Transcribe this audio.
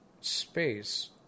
space